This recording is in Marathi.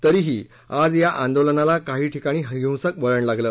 तरीही ााज या ा ादोलनाला काही ठिकाणी हिंसक वळण लागलं